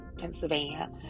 Pennsylvania